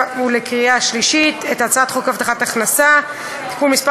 ולקריאה השלישית את הצעת חוק הבטחת הכנסה (תיקון מס'